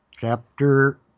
chapter